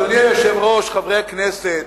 אדוני היושב-ראש, חברי הכנסת,